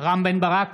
רם בן ברק,